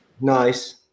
nice